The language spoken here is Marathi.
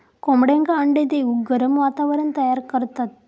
कोंबड्यांका अंडे देऊक गरम वातावरण तयार करतत